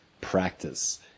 practice